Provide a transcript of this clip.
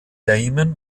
damon